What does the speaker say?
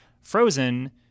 frozen